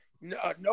no